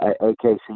AKC